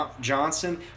Johnson